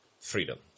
freedom